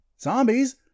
zombies